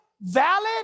valid